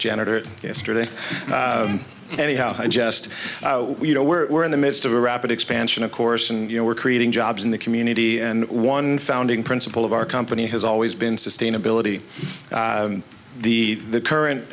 janitor yesterday anyhow and just you know we're in the midst of a rapid expansion of course and you know we're creating jobs in the community and one founding principle of our company has always been sustainability the current